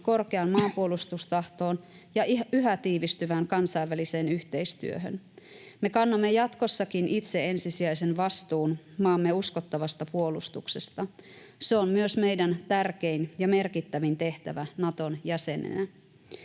korkeaan maanpuolustustahtoon ja yhä tiivistyvään kansainväliseen yhteistyöhön. Me kannamme jatkossakin itse ensisijaisen vastuun maamme uskottavasta puolustuksesta. Se on myös meidän tärkein ja merkittävin tehtävämme Naton jäsenenä.